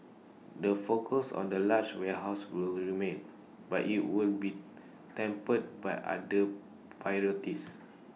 the focus on the large warehouses will remain but IT will be tempered by other priorities